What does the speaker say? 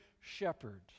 shepherd